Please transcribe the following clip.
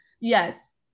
Yes